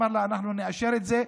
אמר לה: אנחנו נאשר את זה.